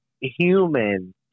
human